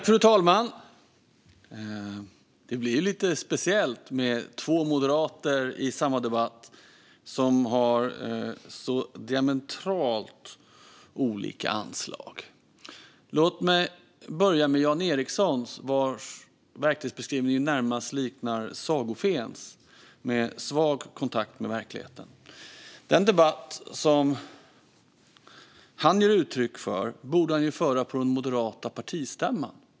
Fru talman! Det blir lite speciellt med två moderater i samma debatt som har så diametralt olika anslag. Låt mig börja med Jan Ericson, vars verklighetsbeskrivning närmast liknar sagofens med svag kontakt med verkligheten. Den debatt som han ger uttryck för borde han föra på den moderata partistämman.